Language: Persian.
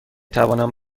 توانم